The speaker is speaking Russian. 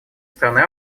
страны